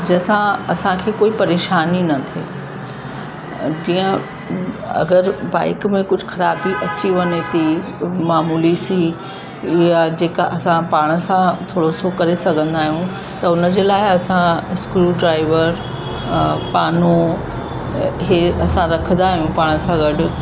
जंहिंसां असांखे कोई परेशानी न थिए जीअं अगरि बाइक में कुझु ख़राबी अची वञे थी मामूली सी ईअं जेका असां पाण सां थोरो सो करे सघंदा आहियूं त उन जे लाइ असां स्क्रू ड्राइवर पानू हे असां रखंदा आहियूं पाण सां गॾु